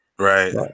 Right